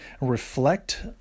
reflect